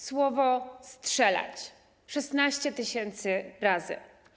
Słowo „strzelać” - 16 tys. razy.